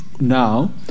now